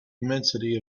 immensity